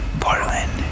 Portland